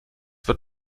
wird